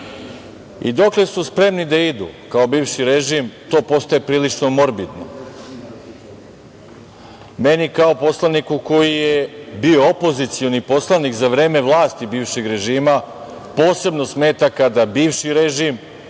su spremni da idu kao bivši režim, to postaje prilično morbidno. Meni kao poslaniku koji je bio opozicioni poslanik za vreme vlasti bivšeg režima posebno smeta kada bivši režim